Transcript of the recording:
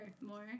more